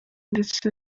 ndetse